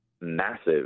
Massive